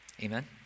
Amen